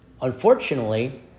Unfortunately